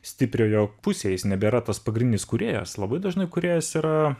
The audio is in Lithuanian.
stipriojo pusėj jis nebėra tas pagrindinis kūrėjas labai dažnai kūrėjas yra